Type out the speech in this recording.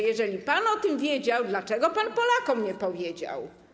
Jeżeli pan o tym wiedział, dlaczego pan Polakom nie powiedział?